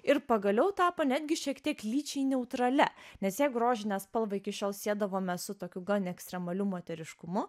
ir pagaliau tapo netgi šiek tiek lyčiai neutralia nes jeigu rožinę spalvą iki šiol siedavome su tokiu gan ekstremaliu moteriškumu